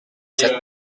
sept